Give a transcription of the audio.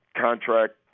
contract